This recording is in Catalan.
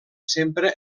sempre